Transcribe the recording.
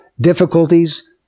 difficulties